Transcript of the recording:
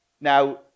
Now